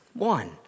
One